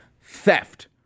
theft